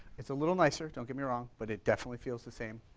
it's a little nicer, don't get me wrong, but it definitely feels the same.